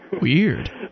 Weird